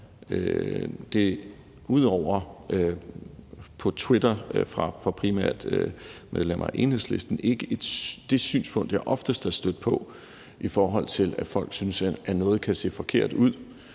det – ud over på Twitter fra primært medlemmer af Enhedslisten – ikke det synspunkt, jeg oftest er stødt på, i forhold til at folk synes, at noget kan se forkert ud.